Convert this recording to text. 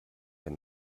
der